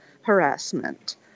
harassment